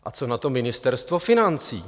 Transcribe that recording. A co na to Ministerstvo financí?